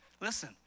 Listen